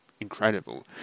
incredible